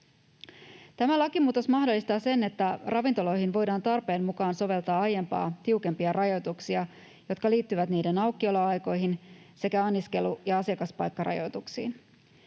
Tämä lakimuutos mahdollistaa sen, että ravintoloihin voidaan tarpeen mukaan soveltaa aiempaa tiukempia rajoituksia, jotka liittyvät niiden aukioloaikoihin sekä anniskelu- ja asiakaspaikkarajoituksiin.